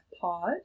Pod